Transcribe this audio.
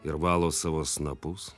ir valo savo snapus